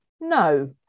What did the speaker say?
no